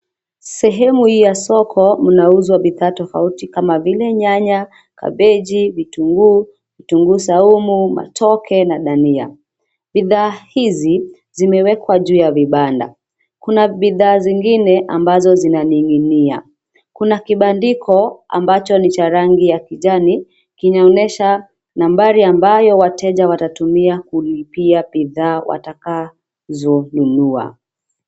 Sehemu hii ya soko mnauzwa bidhaa tofauti kama vile nyanya, kabichi, vitunguu, vitunguu saumu, matoke na dania. Bidhaa hizi zimewekwa juu ya vibanda. Kuna bidhaa zingine ambazo zinaning'inia. Kuna kibandiko ambacho ni cha rangi ya kijani, kinaonyesha nambari ambayo wateja watatumia kulipia bidhaa watakazonunua.